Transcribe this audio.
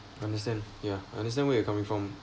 understand ya understand where you're coming from